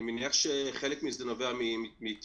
אני מניח שחלק מזה נובע מתקצוב,